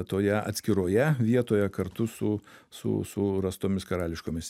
toje atskiroje vietoje kartu su su su rastomis karališkomis